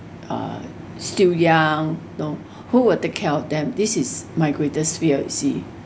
uh still young know who will take care of them this is my greatest fear you see